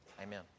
Amen